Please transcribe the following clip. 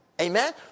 Amen